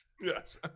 yes